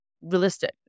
realistic